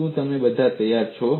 શું તમે બધા હવે તૈયાર છો